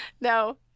No